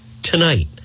tonight